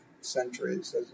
centuries